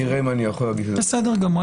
אני אראה אם אני יכול להגיש את זה --- בסדר גמור,